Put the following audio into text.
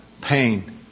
pain